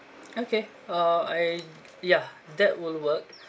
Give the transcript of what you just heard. okay uh I yeah that will work